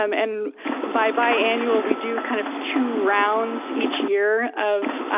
um and by bi-annual we do kind of two rounds each year of